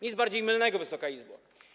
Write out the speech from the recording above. Nic bardziej mylnego, Wysoka Izbo.